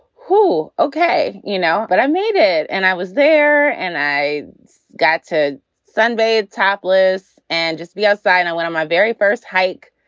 who? ok, you know, but i made it and i was there and i got to sunbathe topless and just be outside. and i went on my very first hike.